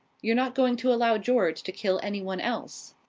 you're not going to allow george to kill any one else?